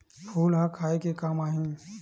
फूल ह खाये के काम आही?